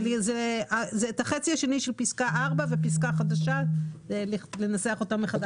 זה החצי השני של פסקה (4) ופסקה חדשה שצריך לנסח אותה מחדש.